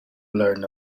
learn